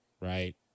right